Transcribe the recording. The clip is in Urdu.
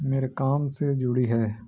میرے کام سے جڑی ہے